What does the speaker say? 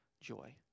joy